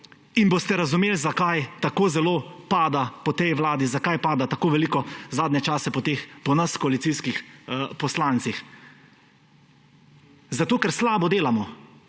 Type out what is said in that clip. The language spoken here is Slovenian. in boste razumeli, zakaj tako zelo pada po tej vladi, zakaj pada tako veliko zadnje čase po nas, koalicijskih poslancih. Zato, ker slabo delamo.